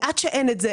ועד שאין את זה,